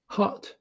Hot